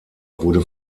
wurde